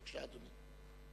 בבקשה, אדוני.